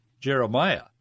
Jeremiah